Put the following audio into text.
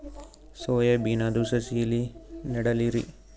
Soya ಬಿನದು ಸಸಿ ಎಲ್ಲಿ ನೆಡಲಿರಿ?